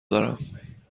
دارم